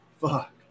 Fuck